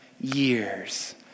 years